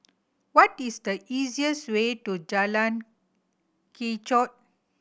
what is the easiest way to Jalan Kechot